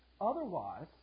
Otherwise